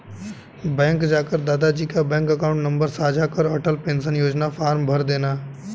bank जाकर दादा जी का बैंक अकाउंट नंबर साझा कर अटल पेंशन योजना फॉर्म भरदेना